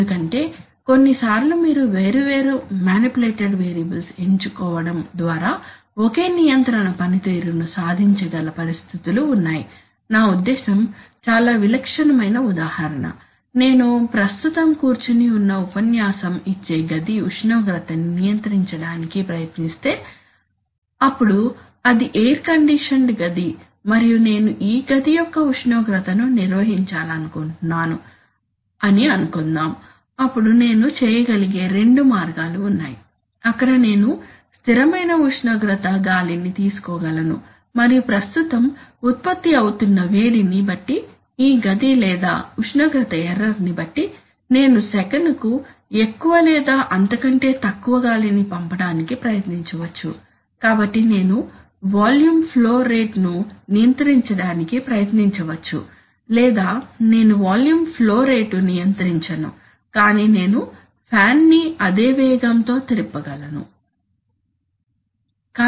ఎందుకంటే కొన్నిసార్లు మీరు వేర్వేరు మానిప్యులేటెడ్ వేరియబుల్స్ ఎంచుకోవడం ద్వారా ఒకే నియంత్రణ పనితీరును సాధించగల పరిస్థితులు ఉన్నాయి నా ఉద్దేశ్యం చాలా విలక్షణమైన ఉదాహరణ నేను ప్రస్తుతం కూర్చుని ఈ ఉపన్యాసం ఇచ్చే గది ఉష్ణోగ్రతని నియంత్రించడానికి ప్రయత్నిస్తే అప్పుడు అది ఎయిర్ కండిషన్డ్ గది మరియు నేను ఈ గది యొక్క ఉష్ణోగ్రతను నిర్వహించాలనుకుంటున్నాను అని అనుకుందాం అప్పుడు నేను చేయగలిగే రెండు మార్గాలు ఉన్నాయి అక్కడ నేను స్థిరమైన ఉష్ణోగ్రత గాలిని తీసుకోగలను మరియు ప్రస్తుతం ఉత్పత్తి అవుతున్న వేడిని బట్టి ఈ గది లేదా ఉష్ణోగ్రత ఎర్రర్ ని బట్టి నేను సెకనుకు ఎక్కువ లేదా అంతకంటే తక్కువ గాలిని పంపడానికి ప్రయత్నించవచ్చు కాబట్టి నేను వాల్యూమ్ ఫ్లో రేటును నియంత్రించడానికి ప్రయత్నించవచ్చు లేదా నేను వాల్యూమ్ ఫ్లో రేటు నియంత్రించను కానీ నేను ఫ్యాన్ ని అదే వేగంతో త్రిప్పగలుగు తాను